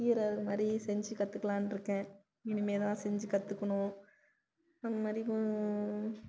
கீரை அதுமாதிரி செஞ்சு கற்றுக்கலான்ருக்கேன் இனிமேல்தான் செஞ்சு கற்றுக்கணும் அதுமாதிரி